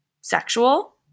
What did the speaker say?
sexual